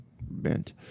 bent